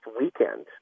weekend